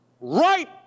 Right